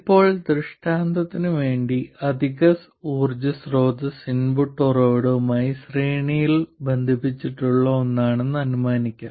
ഇപ്പോൾ ദൃഷ്ടാന്തത്തിന് വേണ്ടി അധിക ഊർജ്ജ സ്രോതസ്സ് ഇൻപുട്ട് ഉറവിടവുമായി ശ്രേണിയിൽ ബന്ധിപ്പിച്ചിട്ടുള്ള ഒന്നാണെന്ന് അനുമാനിക്കാം